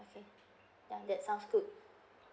ya that sounds good